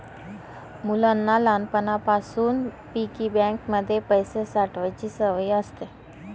मुलांना लहानपणापासून piggy bank मध्ये पैसे साठवायची सवय असते